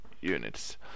units